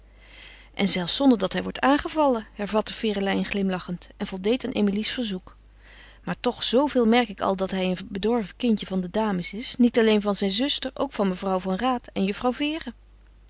en zelfs zonder dat hij wordt aangevallen hervatte ferelijn glimlachend en voldeed aan emilie's verzoek maar toch zooveel merk ik al dat hij een bedorven kindje van de dames is niet alleen van zijn zuster ook van mevrouw van raat en